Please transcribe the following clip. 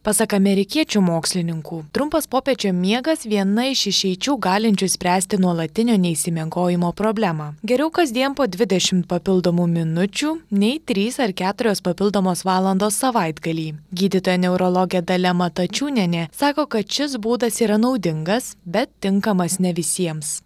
pasak amerikiečių mokslininkų trumpas popiečio miegas viena iš išeičių galinčių spręsti nuolatinio neišsimiegojimo problemą geriau kasdien po dvidešim papildomų minučių nei trys ar keturios papildomos valandos savaitgalį gydytoja neurologė dalia matačiūnienė sako kad šis būdas yra naudingas bet tinkamas ne visiems